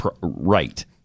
right